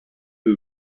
who